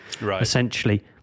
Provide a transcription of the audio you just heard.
essentially